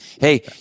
Hey